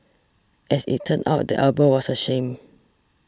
as it turn out the album was a sham